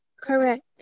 Correct